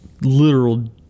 literal